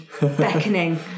beckoning